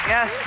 Yes